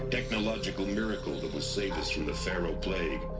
technological miracle that will save us from the faro plague.